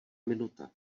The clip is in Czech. minuta